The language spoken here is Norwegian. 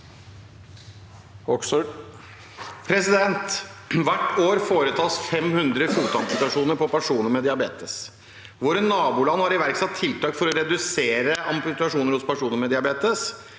«Hvert år foretas 500 fotamputasjoner på personer med diabetes. Våre naboland har iverksatt tiltak for å redusere amputasjon hos personer med diabetes.